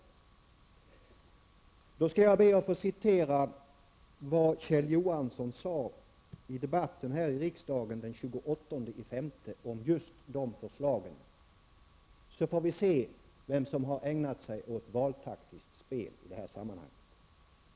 Jag skall be att få citera vad Kjell Johansson sade i debatten här i riksdagen den 28 maj om just de förslagen, så får vi se vem som har ägnat sig åt valtaktiskt spel i det här sammanhanget.